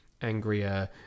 angrier